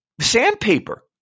sandpaper